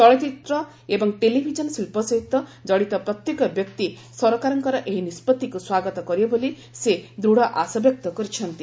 ଚଳଚ୍ଚିତ୍ର ଏବଂ ଟେଲିଭିଜନ ଶିଳ୍ପ ସହିତ କଡିତ ପ୍ରତ୍ୟେକ ବ୍ୟକ୍ତି ସରକାରଙ୍କର ଏହି ନିଷ୍ପଭିକୁ ସ୍ୱାଗତ କରିବେ ବୋଲି ସେ ଦୃଢ଼ ଆଶାବ୍ୟକ୍ତ କରିଛନ୍ତି